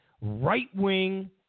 right-wing